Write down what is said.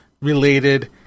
related